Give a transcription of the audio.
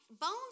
bones